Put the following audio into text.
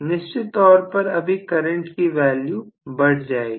निश्चित तौर पर अभी करंट की वैल्यू बढ़ जाएगी